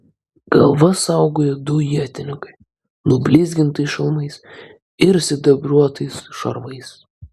galvas saugojo du ietininkai nublizgintais šalmais ir sidabruotais šarvais